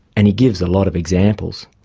and he gives a lot of examples.